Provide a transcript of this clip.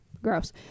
Gross